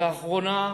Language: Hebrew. לאחרונה,